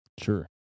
Sure